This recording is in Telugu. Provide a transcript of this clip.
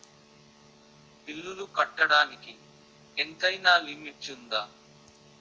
బిల్లులు కట్టడానికి ఎంతైనా లిమిట్ఉందా?